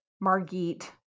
Margit